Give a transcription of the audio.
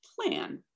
plan